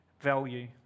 value